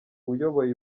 uyoboye